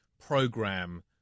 program